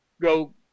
go